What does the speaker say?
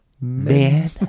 man